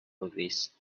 movies